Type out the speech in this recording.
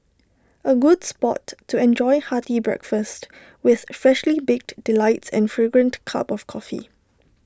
A good spot to enjoy hearty breakfast with freshly baked delights and fragrant cup of coffee